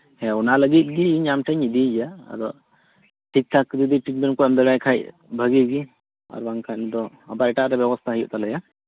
ᱦᱮᱸ ᱚᱱᱟ ᱞᱟᱹᱜᱤᱜ ᱦᱮᱸ ᱜᱥ ᱟᱢᱴᱷᱮᱱ ᱤᱧ ᱤᱫᱤᱭ ᱭᱟ ᱟᱫᱚ ᱴᱷᱤᱠ ᱴᱷᱟᱠ ᱡᱩᱫᱤ ᱴᱨᱤᱴᱢᱮᱱᱴ ᱠᱚ ᱮᱢ ᱫᱟᱲᱮᱭᱟᱭ ᱠᱷᱟᱡ ᱵᱷᱟᱜᱤᱜᱮᱟᱨ ᱵᱟᱝ ᱠᱷᱟᱱ ᱫᱚ ᱵᱟ ᱮᱴᱟᱜ ᱨᱮ ᱵᱮᱵᱚᱥᱛᱟᱭ ᱦᱩᱭᱩᱜ ᱛᱟᱞᱮᱭᱟ